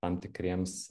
tam tikriems